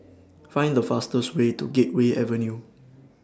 Find The fastest Way to Gateway Avenue